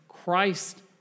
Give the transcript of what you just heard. Christ